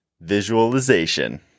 visualization